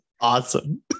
awesome